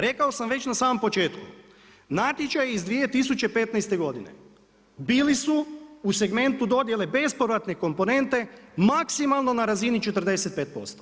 Rekao sam već na samom početku, natječaji iz 2015. godine bili su u segmentu dodjele bespovratne komponente maksimalno na razini 45%